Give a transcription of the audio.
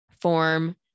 form